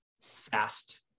fast